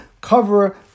cover